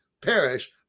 perish